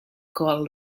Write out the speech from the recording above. call